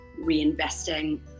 reinvesting